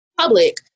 public